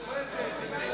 אבל היא מפורזת.